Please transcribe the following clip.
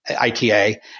ITA